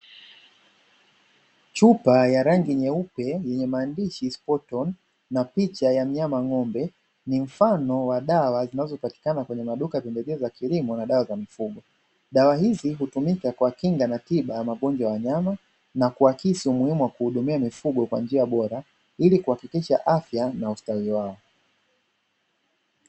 Chupa ya rangi nyeupe yenye maandishi spotoni na picha ya mnyama ng'ombe, ni mfano wa dawa zinazopatikana kwenye maduka ya pembejeo za kilimona dawa za mifugo, dawa hizi hutumika kwa kinga na tiba ya magonjwa ya wanyama na kuakisi umuhimu wa kuhudumia mifugo kwa njia bora, ili kuhakikisha afya na ustawi wao.